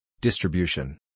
Distribution